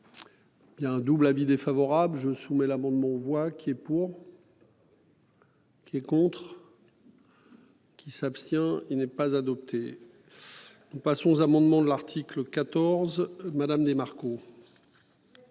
a un double avis défavorable je soumets l'abondement voix qui est pour. Qui est contre. Qui s'abstient. Il n'est pas adopté. Nous passons aux amendements de l'article 14 Madame démarre.